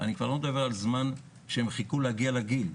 אני לא מדבר על זה שחיכו להגיע לגיל,